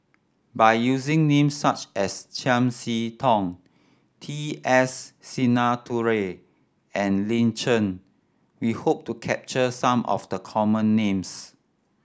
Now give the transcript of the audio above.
by using names such as Chiam See Tong T S Sinnathuray and Lin Chen we hope to capture some of the common names